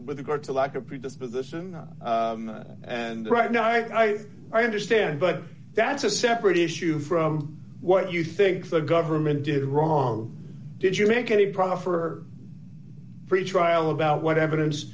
with regard to lack of predisposition and right now i think i understand but that's a separate issue from what you think the government did wrong did you make any proffer pretrial about what evidence